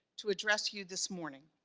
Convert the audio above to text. to address you this morning.